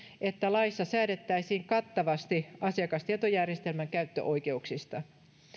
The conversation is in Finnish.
että laissa säädettäisiin kattavasti asiakastietojärjestelmän käyttöoikeuksista